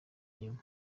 nyuma